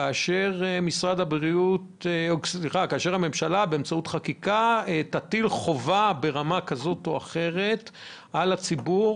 כאשר הממשלה תטיל באמצעות חקיקה חובה ברמה כזאת או אחרת על הציבור